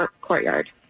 courtyard